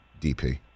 DP